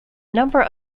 number